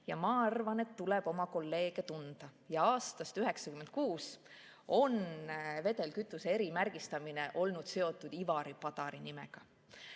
Ja ma arvan, et tuleb oma kolleege tunda: aastast 1996 on vedelkütuse erimärgistamine olnud seotud Ivari Padari nimega.